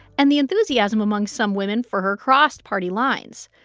and the enthusiasm among some women for her crossed party lines.